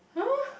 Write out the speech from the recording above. !huh!